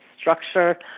structure